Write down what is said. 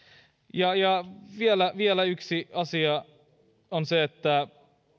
puhunkaan vielä yksi asia on se että